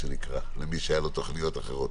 למי שהיה לו תוכניות אחרות.